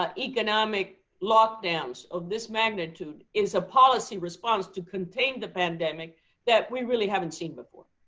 ah economic lockdowns of this magnitude is a policy response to contain the pandemic that we really haven't seen before.